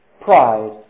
pride